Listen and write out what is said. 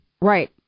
Right